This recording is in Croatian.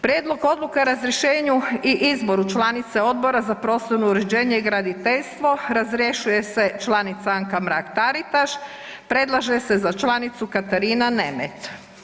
Prijedlog odluke o razrješenju i izboru članice Odbora za prostorno uređenje i graditeljstvo, razrješuje se članica Anka Mrak Taritaš, predlaže se za članicu Katarina Nemet.